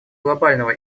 глобального